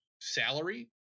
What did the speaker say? salary